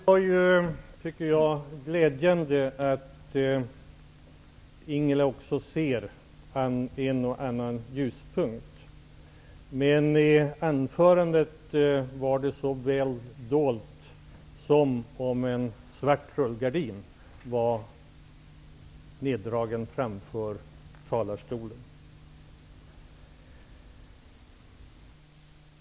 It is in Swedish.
Fru talman! Det var glädjande att Ingela Thalén också ser en och annan ljuspunkt, men i repliken var det väl dolt, precis som om en svart rullgardin var neddragen framför talarstolen. Ingela Thalén!